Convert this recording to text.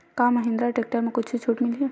का महिंद्रा टेक्टर म कुछु छुट मिलही?